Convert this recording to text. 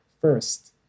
First